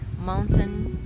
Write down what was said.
mountain